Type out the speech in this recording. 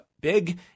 big